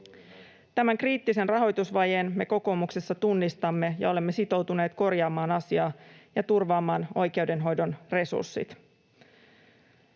Tämän kriittisen rahoitusvajeen me kokoomuksessa tunnistamme, ja olemme sitoutuneet korjaamaan asiaa ja turvaamaan oikeudenhoidon resurssit.